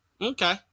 Okay